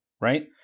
right